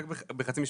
אז רק בחצי משפט.